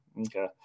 Okay